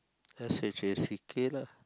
S H A C K lah